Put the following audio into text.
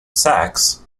sax